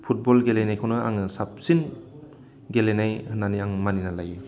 football गेलेनायखौनो आङो साबसिन गेलेनाय होननानै आं मानिनानै लायो